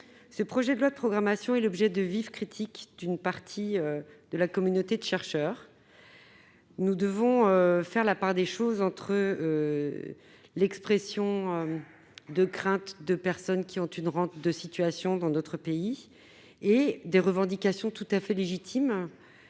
Ce projet de loi de programmation est l'objet de vives critiques d'une partie de la communauté des chercheurs. Nous devons faire la part des choses entre l'expression des craintes de personnes ayant une rente de situation dans notre pays et des revendications tout à fait légitimes,